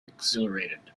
exhilarated